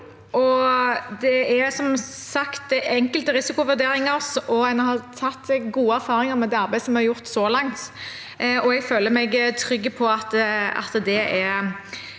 sagt er det enkelte risikovurderinger, og en har hatt gode erfaringer med det arbeidet som er gjort så langt. Jeg føler meg trygg på at det